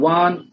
one